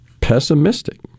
pessimistic